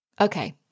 Okay